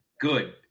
good